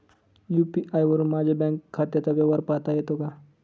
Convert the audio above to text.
UPI वरुन माझ्या bank खात्याचा व्यवहार पाहता येतो का?